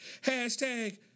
Hashtag